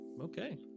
Okay